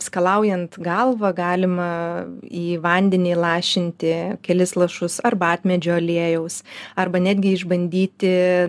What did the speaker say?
skalaujant galvą galima į vandenį įlašinti kelis lašus arbatmedžio aliejaus arba netgi išbandyti